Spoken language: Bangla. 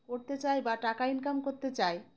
করতে চাই বা টাকা ইনকাম করতে চাই